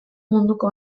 munduko